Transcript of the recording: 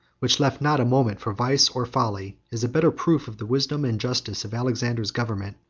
which left not a moment for vice or folly, is a better proof of the wisdom and justice of alexander's government,